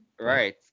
Right